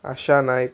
Asha Naik